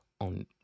on